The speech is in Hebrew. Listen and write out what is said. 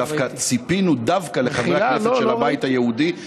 ציפינו דווקא לחברי הכנסת של הבית היהודי.